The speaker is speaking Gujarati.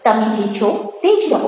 તમે જે છો તે જ રહો